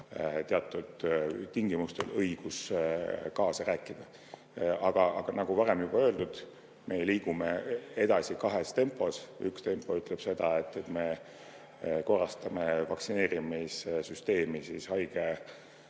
teatud tingimustel õigus kaasa rääkida. Aga nagu varem öeldud, me liigume edasi kahes tempos. Ühes tempos me korrastame vaktsineerimissüsteemi, viies selle